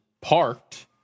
parked